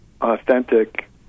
authentic